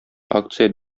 акция